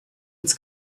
its